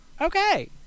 okay